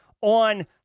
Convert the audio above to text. on